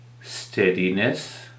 steadiness